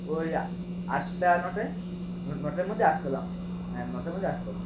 ওই আটটা নটায় নটার মধ্যে আসতে হবে আপনাকে হ্যাঁ নটার মধ্যে আসতে হবে